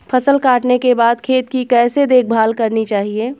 फसल काटने के बाद खेत की कैसे देखभाल करनी चाहिए?